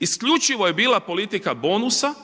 Isključivo je bila politika bonusa,